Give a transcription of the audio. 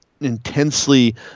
intensely